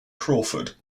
crawford